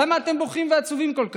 למה אתם בוכים ועצובים כל כך?